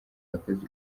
yakoze